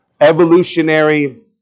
evolutionary